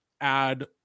add